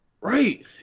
right